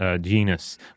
genus